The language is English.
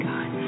God